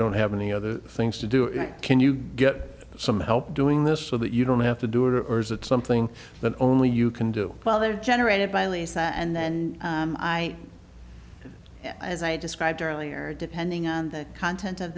don't have any other things to do it can you get some help doing this so that you don't have to do or is it something that only you can do while they're generated by lisa and then i as i described earlier depending on the content of